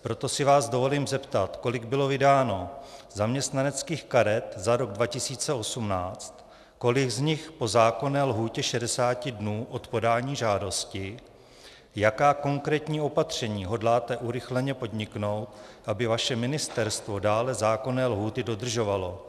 Proto se vás dovolím zeptat, kolik bylo vydáno zaměstnaneckých karet za rok 2018, kolik z nich po zákonné lhůtě 60 dnů od podání žádosti, jaká konkrétní opatření hodláte urychleně podniknout, aby vaše ministerstvo dále zákonné lhůty dodržovalo.